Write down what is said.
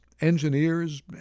engineers